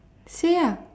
say lah